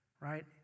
Right